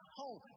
home